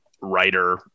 writer